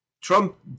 Trump